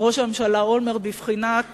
ראש הממשלה אולמרט, בבחינת